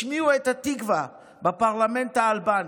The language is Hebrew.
השמיעו את התקווה בפרלמנט האלבני.